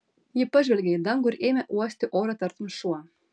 ji pažvelgė į dangų ir ėmė uosti orą tartum šuo